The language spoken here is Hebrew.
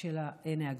של הנהגים.